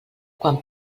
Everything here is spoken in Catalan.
quan